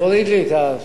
תוריד לי את זה.